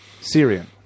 Syrian